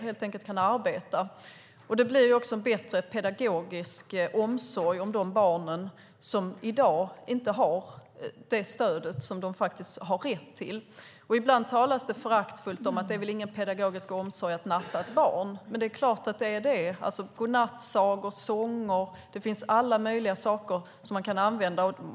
Det blir också en bättre pedagogisk omsorg om de barn som i dag inte har det stöd som de faktiskt har rätt till. Ibland talas det föraktfullt om att det väl inte är någon pedagogisk omsorg att natta ett barn. Men det är klart att det är det. Godnattsagor, sånger - det finns alla möjliga saker som man kan använda.